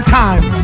time